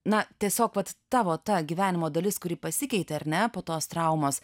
na tiesiog vat tavo ta gyvenimo dalis kuri pasikeitė ar ne po tos traumos